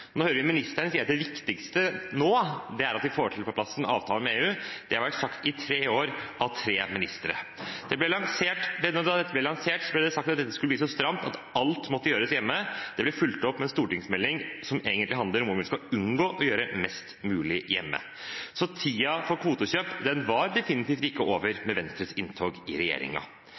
Det har vært sagt i tre år av tre ministre. Da dette ble lansert, ble det sagt at dette skulle bli så stramt at alt måtte gjøres hjemme. Det blir fulgt opp med en stortingsmelding som egentlig handler om hvordan vi skal unngå å gjøre mest mulig hjemme. Så tiden for kvotekjøp var definitivt ikke over med Venstres inntog i